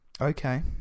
Okay